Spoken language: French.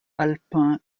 alpins